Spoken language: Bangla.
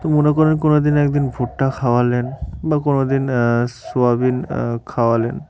তো মনে করুন কোনো দিন একদিন ভুট্টা খাওয়ালেন বা কোনো দিন সোয়াবিন খাওয়ালেন